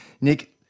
Nick